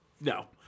No